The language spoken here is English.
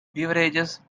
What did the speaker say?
beverages